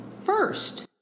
first